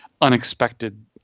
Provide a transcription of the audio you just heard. unexpected